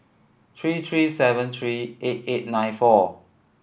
three three seven three eight eight nine four